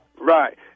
Right